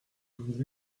vous